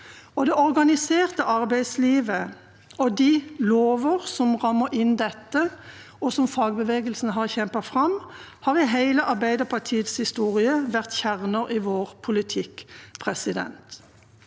Det organiserte arbeidslivet og de lover som rammer inn dette, og som fagbevegelsen har kjempet fram, har i hele Arbeiderpartiets historie vært kjerner i vår politikk. Komiteens